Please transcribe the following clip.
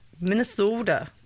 Minnesota